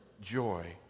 Joy